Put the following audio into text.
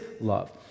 love